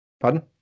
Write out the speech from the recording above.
Pardon